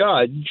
judge